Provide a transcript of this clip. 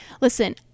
Listen